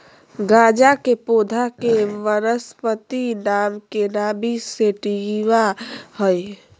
गाँजा के पौधा के वानस्पति नाम कैनाबिस सैटिवा हइ